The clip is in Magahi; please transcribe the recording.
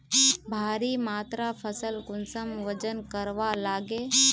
भारी मात्रा फसल कुंसम वजन करवार लगे?